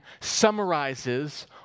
summarizes